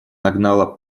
нагнала